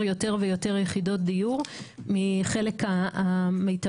יותר ויותר יחידות דיור מהחלק המיטבי.